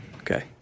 Okay